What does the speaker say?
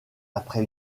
après